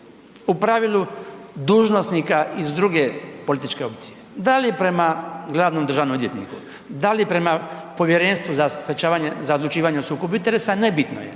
u pravilu dužnosnika iz druge političke opcije. Da li prema glavnom državnom odvjetniku, da li prema Povjerenstvu za odlučivanje o sukobu interesa, nebitno je,